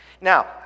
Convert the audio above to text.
Now